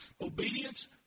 Obedience